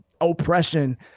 oppression